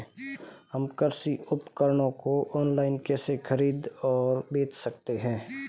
हम कृषि उपकरणों को ऑनलाइन कैसे खरीद और बेच सकते हैं?